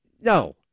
no